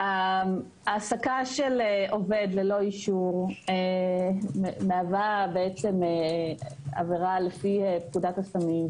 ההעסקה של עובד ללא אישור מהווה בעצם עבירה לפי פקודת הסמים,